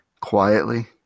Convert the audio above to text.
quietly